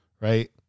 right